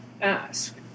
ask